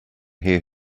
hear